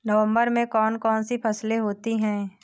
नवंबर में कौन कौन सी फसलें होती हैं?